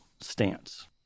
stance